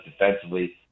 defensively